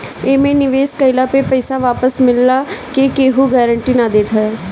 एमे निवेश कइला पे पईसा वापस मिलला के केहू गारंटी ना देवत हअ